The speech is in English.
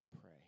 pray